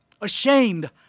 Ashamed